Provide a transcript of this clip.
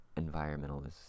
environmentalists